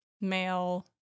male